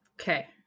Okay